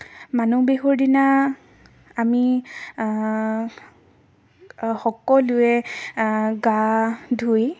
মানুহ বিহুৰ দিনা আমি সকলোৱে গা ধুই